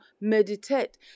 meditate